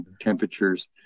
temperatures